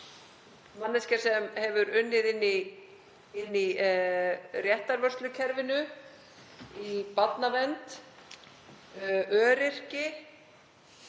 manneskja sem hefur unnið inn í réttarvörslukerfinu, í barnavernd, öryrki,